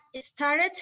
started